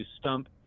stump